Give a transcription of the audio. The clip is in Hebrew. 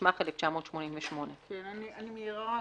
התשמ"ח 1988". אני רק מעירה,